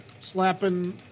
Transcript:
slapping